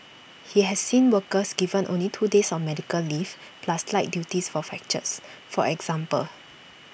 he has seen workers given only two days of medical leave plus light duties for fractures for example